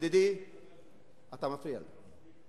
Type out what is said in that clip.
ידידי, אתה מפריע לי.